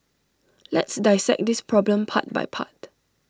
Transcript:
let's dissect this problem part by part